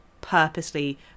purposely